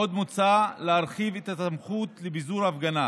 עוד מוצע להרחיב את הסמכות לפיזור הפגנה